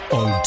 on